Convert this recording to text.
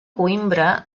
coïmbra